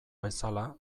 bezala